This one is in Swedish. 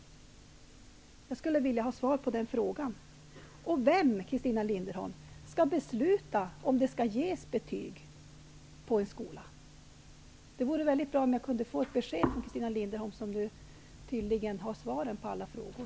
Jag skulle vilja ha svar på den frågan. Vem, Christina Linderholm, skall besluta i frågan, om det skall ges betyg på en viss skola? Det vore bra att få besked från Christina Linderholm, eftersom hon tydligen har svaren på alla frågor.